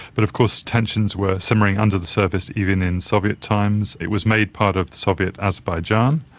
but of course tensions were simmering under the surface, even in soviet times. it was made part of soviet azerbaijan,